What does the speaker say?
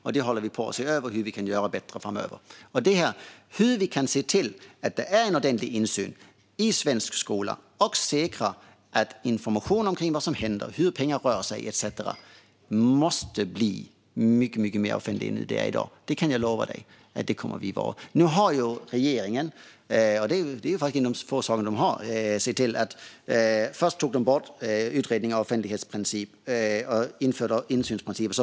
Vi håller på och ser över hur vi kan göra det bättre framöver. Ordentlig insyn i svensk skola och hur vi kan säkra att information om vad som händer, hur pengar rör sig etcetera måste bli mycket mer offentligt än i dag. Det kan jag lova att vi kommer att vara för. Regeringen har nu, som en av få saker de har gjort, i ett av sina förslag först tagit bort offentlighetsprincipen ur utredningen och infört insynsprincipen.